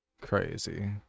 Crazy